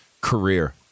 career